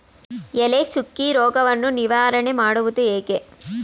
ಎಲೆ ಚುಕ್ಕಿ ರೋಗವನ್ನು ನಿವಾರಣೆ ಮಾಡುವುದು ಹೇಗೆ?